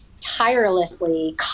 tirelessly